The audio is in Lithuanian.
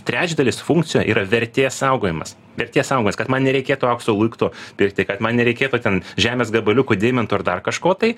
trečdalis funkcija yra vertės saugojimas vertės saugomas kad man nereikėtų aukso luikto pirkti kad man nereikėtų ten žemės gabaliukų deimantų ar dar kažko tai